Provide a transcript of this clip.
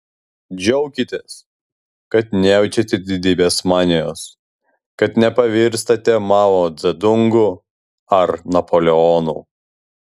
džiaukitės kad nejaučiate didybės manijos kad nepavirstate mao dzedungu ar napoleonu